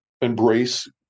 embrace